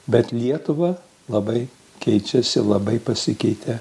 bet lietuva labai keičiasi labai pasikeitė